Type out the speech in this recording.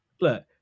look